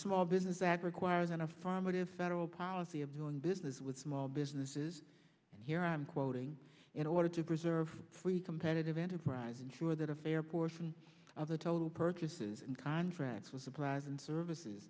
small business that requires an affirmative federal policy of doing business with small businesses and here i'm quoting in order to preserve freedom tentative enterprise ensure that a fair portion of the total purchases contracts for supplies and services